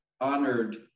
honored